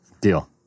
Deal